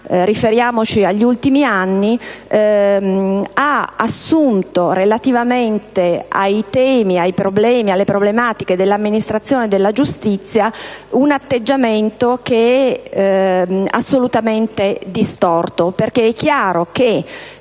riferiamoci agli ultimi anni - ha assunto, relativamente ai temi e alle problematiche dell'amministrazione della giustizia, un atteggiamento che è assolutamente distorto. È infatti chiaro che